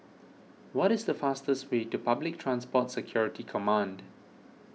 what is the fastest way to Public Transport Security Command